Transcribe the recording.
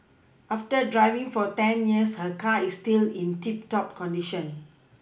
after driving for ten years her car is still in tip top condition